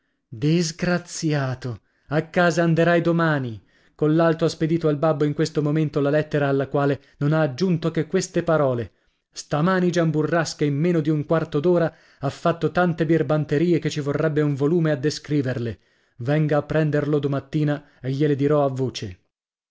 disgraziato a casa anderai domani collalto ha spedito al babbo in questo momento la lettera alla quale non ha aggiunto che queste parole stamani gian burrasca in meno di un quarto d'ora ha fatto tante birbanterie che ci vorrebbe un volume a descriverle venga a prenderlo domattina e gliele dirò a voce